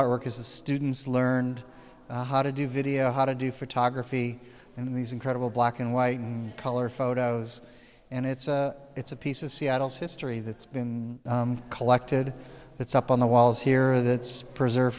artwork as the students learned how to do video how to do photography in these incredible black and white and color photos and it's it's a piece of seattle's history that's been collected it's up on the walls here that it's preserve